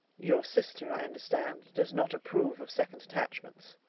your sister, i understand, does not approve of second attachments.